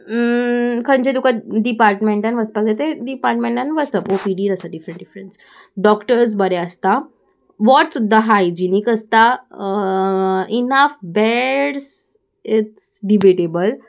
खंयचें तुका डिपार्टमेंटान वचपाक जाय ते डिपार्टमेंटान वचप ओ पी डी ज आसा डिफरंट डिफरंस डॉक्टर्स बरे आसता वॉर्ड्स सुद्दां हायजिनीक आसता इनाफ बेड्स इट्स डिबेटेबल